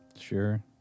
Sure